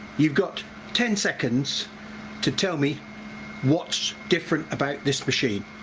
you've got ten seconds to tell me what's different about this machine?